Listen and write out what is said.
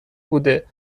بوده